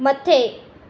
मथे